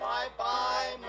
Bye-bye